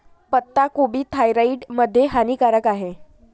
पत्ताकोबी थायरॉईड मध्ये हानिकारक आहे